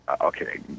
Okay